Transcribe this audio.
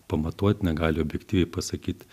pamatuot negali objektyviai pasakyt